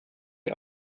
wir